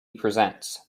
presents